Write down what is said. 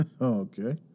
Okay